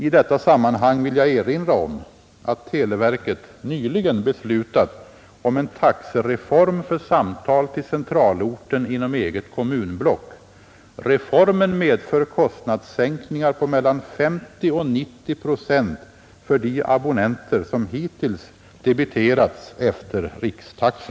I detta sammanhang vill jag erinra om att televerket nyligen beslutat om en taxereform för samtal till centralorten inom eget kommunblock. Reformen medför kostnadssänkningar på mellan 50 och 90 procent för de abonnenter som hittills debiterats efter rikstaxa.